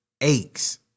aches